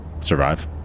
survive